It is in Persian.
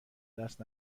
دست